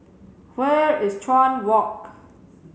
where is Chuan Walk